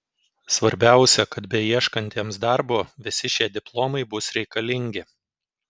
svarbiausia kad beieškantiems darbo visi šie diplomai bus reikalingi